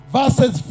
verses